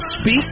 speak